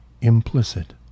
Implicit